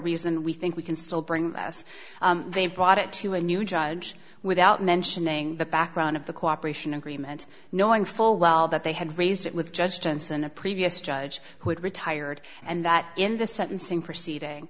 reason we think we can still bring us they brought it to a new judge without mentioning the background of the cooperation agreement knowing full well that they had raised it with judge johnson a previous judge who had retired and that in the sentencing proceeding